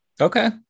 Okay